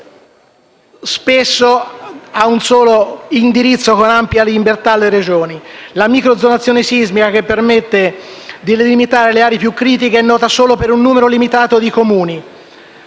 La microzonazione sismica, che permette di limitare le aree più critiche, è nota solo per un numero limitato di Comuni.